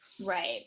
Right